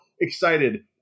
excited